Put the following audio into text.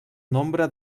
nombre